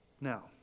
Now